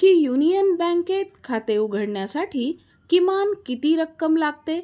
की युनियन बँकेत खाते उघडण्यासाठी किमान किती रक्कम लागते?